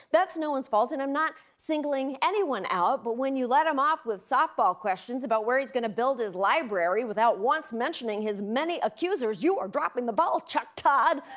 that's no one's fault, and i'm not singling anyone out. but when you let him off with softball questions about where he's going to build his library without once mentioning his many accusers, you are dropping the ball, chuck todd.